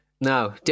no